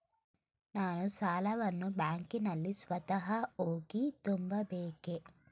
ನಾನು ಸಾಲವನ್ನು ಬ್ಯಾಂಕಿನಲ್ಲಿ ಸ್ವತಃ ಹೋಗಿ ತುಂಬಬೇಕೇ?